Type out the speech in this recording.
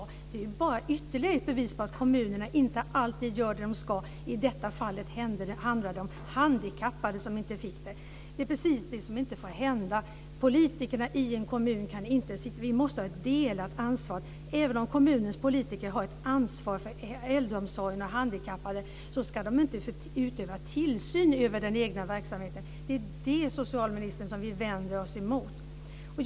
Det är bara ytterligare ett bevis på att kommunerna inte alltid gör det de ska. I det fall jag tog upp handlade det om handikappade. Det är precis det som inte får hända. Vi måste ha ett delat ansvar. Även om kommunens politiker har ett ansvar för äldreomsorgen och handikappade ska de inte utöva tillsyn över den egna verksamheten. Det är det vi vänder oss emot, socialministern.